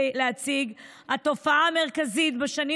התופעה המרכזית בשנים